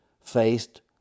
faced